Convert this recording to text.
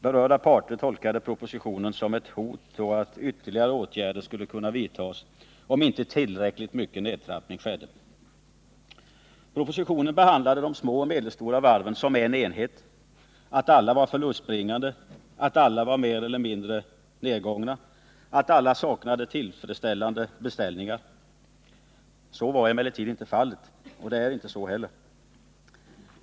Berörda parter tolkade propositionen som ett hot och befarade att ytterligare åtgärder skulle kunna vidtagas om inte tillräckligt mycket nedtrappning skedde. Propositionen behandlade de små och medelstora varven som en enhet — utifrån att alla var förlustbringande, att alla var mer eller mindre nedgångna och att alla saknade tillfredsställande beställningar. Så var emellertid inte fallet och är det inte heller.